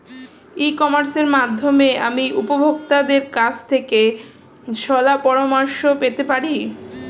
ই কমার্সের মাধ্যমে আমি উপভোগতাদের কাছ থেকে শলাপরামর্শ পেতে পারি?